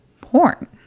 porn